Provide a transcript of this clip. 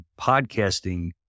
podcasting